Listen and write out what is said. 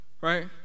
right